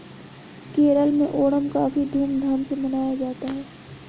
केरल में ओणम काफी धूम धाम से मनाया जाता है